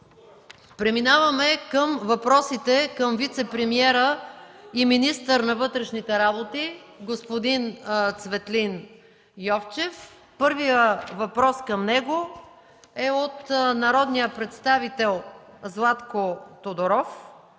Преминаваме към въпросите към вицепремиера и министър на вътрешните работи господин Цветлин Йончев. Първият въпрос към него е от народния представител Златко Тодоров